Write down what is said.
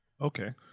Okay